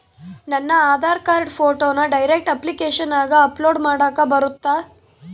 ನನ್ನ ಆಧಾರ್ ಕಾರ್ಡ್ ಫೋಟೋನ ಡೈರೆಕ್ಟ್ ಅಪ್ಲಿಕೇಶನಗ ಅಪ್ಲೋಡ್ ಮಾಡಾಕ ಬರುತ್ತಾ?